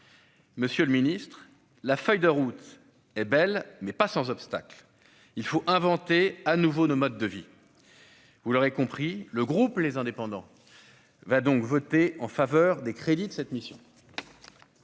Monsieur le ministre, la feuille de route est belle, mais elle n'est pas sans obstacle. Il faut inventer à nouveau nos modes de vie. Vous l'aurez compris, le groupe Les Indépendants - République et Territoires votera les crédits de cette mission.